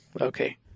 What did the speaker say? Okay